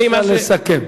נא לסכם.